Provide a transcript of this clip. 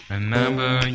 Remember